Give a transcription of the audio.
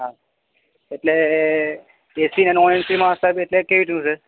હા એટલે એસી ને નોનએસીમાં સાહેબ કઈ રીતનું છે